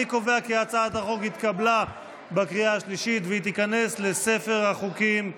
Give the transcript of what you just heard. אני קובע כי הצעת החוק התקבלה בקריאה שלישית והיא תיכנס לספר החוקים.